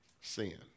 sin